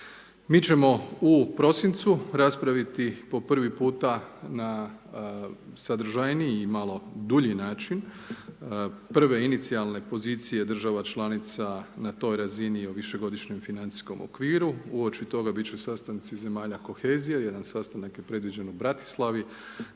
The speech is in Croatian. Mi ćemo u prosincu raspraviti po prvi puta na sadržajniji i malo dulji način prve inicijalne pozicije država članica na toj razini o višegodišnjoj financijskom okviru. Uoči toga bit i će sastanci zemalja Kohezije. Jedan sastanak je predviđen u Bratislavi